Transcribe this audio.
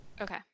Okay